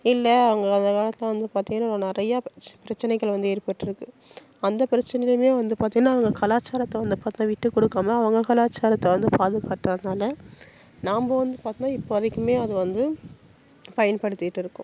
இல்லை அவங்க அந்த காலத்தில் வந்து பார்த்திங்கன்னா நான் நிறையா பிரச்சனைகள் வந்து ஏற்பட்டிருக்கு அந்த பிரச்சனையிலும் வந்து பார்த்திங்கன்னா அவங்க கலாச்சாரத்தை வந்து பார்த்தா விட்டுக் கொடுக்காம அவங்க கலாச்சாரத்தை வந்து பாதுகாத்ததனால நாம்ம வந்து பார்த்தோம்னா இப்போ வரைக்கும் அது வந்து பயன்படுத்திட்டு இருக்கோம்